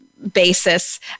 basis